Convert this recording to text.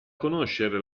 conoscere